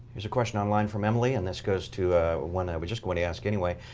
here's a question online from emily, and this goes to one that i was just going to ask anyway.